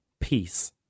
Peace